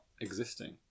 existing